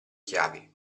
chiavi